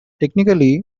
technically